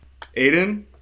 Aiden